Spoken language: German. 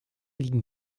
liegen